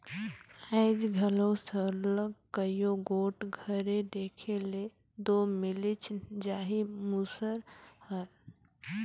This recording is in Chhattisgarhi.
आएज घलो सरलग कइयो गोट घरे देखे ले दो मिलिच जाही मूसर हर